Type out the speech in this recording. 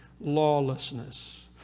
lawlessness